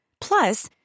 Plus